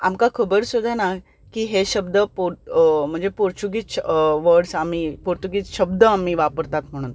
आमकां खबर सुद्दां ना की हे शब्द म्हणचे पोर्च्युगीस वर्डस आमी पोर्च्युगीस शब्द आमी वापरतात म्हणून